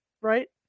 right